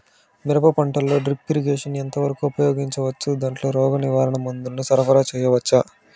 మిరప పంటలో drip irrigation ఎంత వరకు ఉపయోగించవచ్చు, దాంట్లో రోగ నివారణ మందుల ను సరఫరా చేయవచ్చా?